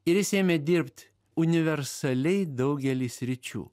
ir jis ėmė dirbt universaliai daugely sričių